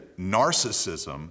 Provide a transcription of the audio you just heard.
narcissism